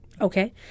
Okay